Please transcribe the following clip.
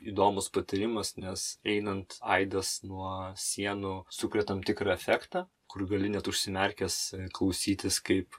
įdomus patyrimas nes einant aidas nuo sienų sukuria tam tikrą efektą kur gali net užsimerkęs klausytis kaip